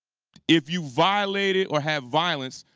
if you violated or had violence,